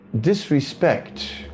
disrespect